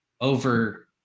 over